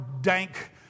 dank